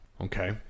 okay